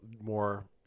more